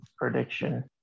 prediction